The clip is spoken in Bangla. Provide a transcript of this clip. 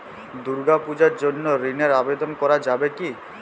দুর্গাপূজার জন্য ঋণের আবেদন করা যাবে কি?